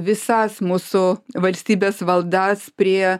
visas mūsų valstybės valdas prie